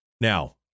Now